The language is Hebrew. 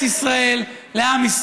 שומו שמיים.